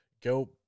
go